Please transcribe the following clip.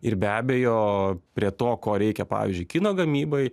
ir be abejo prie to ko reikia pavyzdžiui kino gamybai